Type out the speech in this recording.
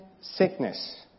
sickness